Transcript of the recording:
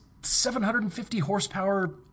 750-horsepower